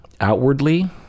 outwardly